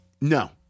No